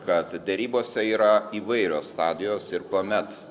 kad derybose yra įvairios stadijos ir kuomet